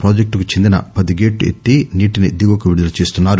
ప్రాజెక్టుకు చెందిన పది గేట్లు ఎత్తి నీటిని దిగువకు విడుదల చేస్తున్నారు